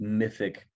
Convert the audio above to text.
mythic